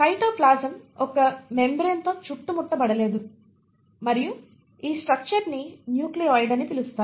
cytoplasm ఒక membrane తో చుట్టుముట్టబడలేదు మరియు ఈ స్ట్రక్చర్ ని న్యూక్లియోయిడ్ అని పిలుస్తారు